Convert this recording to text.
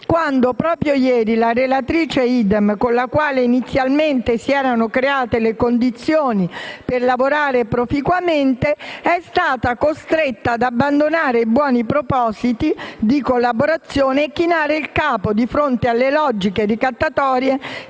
quando proprio ieri la relatrice Idem, con la quale inizialmente si erano create le condizioni per lavorare proficuamente, è stata costretta ad abbandonare i buoni propositi di collaborazione e a chinare il capo di fronte alle logiche ricattatorie